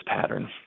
pattern